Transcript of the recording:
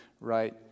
right